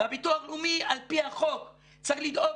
והביטוח הלאומי על פי החוק צריך לדאוג